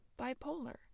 bipolar